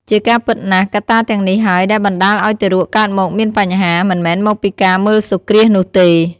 ជាការពិតណាស់ កត្តាទាំងនេះហើយដែលបណ្តាលឲ្យទារកកើតមកមានបញ្ហា មិនមែនមកពីការមើលសូរ្យគ្រាសនោះទេ ។